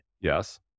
Yes